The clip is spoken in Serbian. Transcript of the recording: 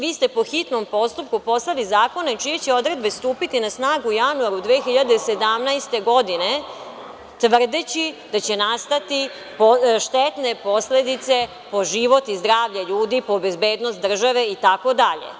Vi ste po hitnom postupku poslali zakone čije će odredbe stupiti na snagu u januaru 2017. godine, tvrdeći da će nastati štetne posledice po život i zdravlje ljudi, po bezbednost države itd.